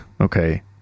okay